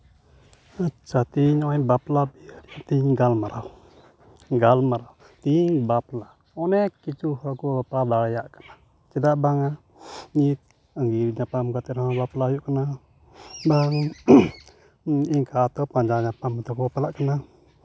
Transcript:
ᱟᱪᱪᱷᱟ ᱛᱮᱦᱤᱧ ᱱᱚᱜᱼᱚᱭ ᱵᱟᱯᱞᱟ ᱵᱤᱦᱟᱹ ᱨᱮᱭᱟᱜ ᱛᱤᱦᱤᱧ ᱜᱟᱞᱢᱟᱨᱟᱣ ᱜᱟᱞᱢᱟᱨᱟᱣ ᱛᱮᱦᱤᱧ ᱵᱟᱯᱞᱟ ᱚᱱᱮᱠ ᱠᱤᱪᱷᱩ ᱦᱚᱲᱠᱚ ᱵᱟᱯᱞᱟ ᱫᱟᱲᱮᱭᱟᱜ ᱠᱟᱱᱟ ᱪᱮᱫᱟᱜ ᱵᱟᱝᱼᱟ ᱤᱭᱟᱹ ᱟᱸᱜᱤᱨ ᱧᱟᱯᱟᱢ ᱠᱟᱛᱮᱫ ᱨᱮᱦᱚᱸ ᱵᱟᱯᱞᱟ ᱦᱩᱭᱩᱜ ᱠᱟᱱᱟ ᱵᱟᱝ ᱤᱱᱠᱟᱹ ᱫᱚ ᱯᱟᱸᱡᱟ ᱧᱟᱯᱟᱢ ᱠᱟᱛᱮ ᱦᱚᱸᱠᱚ ᱵᱟᱯᱞᱟᱜ ᱠᱟᱱᱟ